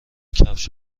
کفش